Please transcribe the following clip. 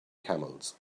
camels